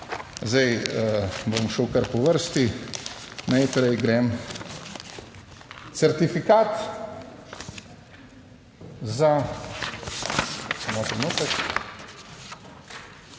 Zdaj bom šel kar po vrsti. Najprej grem certifikat za,